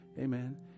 Amen